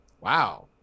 Wow